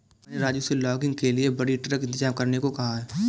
मैंने राजू से लॉगिंग के लिए बड़ी ट्रक इंतजाम करने को कहा है